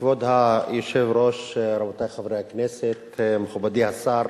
כבוד היושב-ראש, רבותי חברי הכנסת, מכובדי השר,